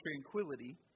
tranquility